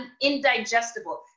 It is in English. indigestible